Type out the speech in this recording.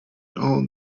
all